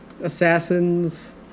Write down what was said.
assassins